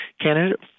candidate